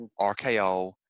RKO